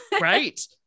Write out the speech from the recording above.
Right